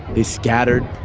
they scattered.